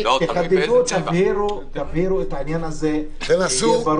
100. תחדדו ותבהירו את העניין הזה כך שיהיה ברור.